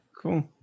Cool